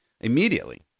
Immediately